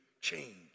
change